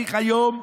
צריך היום,